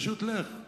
פשוט לך.